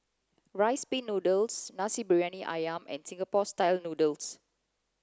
rice pin noodles Nasi Briyani Ayam and Singapore style noodles